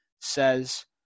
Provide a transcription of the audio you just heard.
says